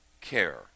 care